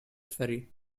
ferry